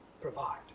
provide